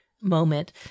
moment